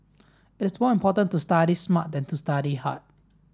it's more important to study smart than to study hard